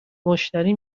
مشتری